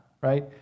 right